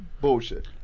Bullshit